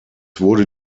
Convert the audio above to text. wurde